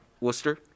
Worcester